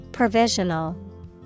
Provisional